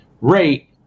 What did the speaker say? rate